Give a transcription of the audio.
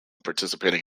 participating